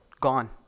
gone